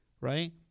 Right